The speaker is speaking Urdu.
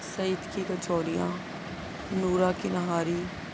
سعید کی کچوریاں نورہ کی نہاری